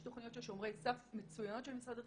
יש תוכניות של שומרי סף, מצויינות של משרד החינוך.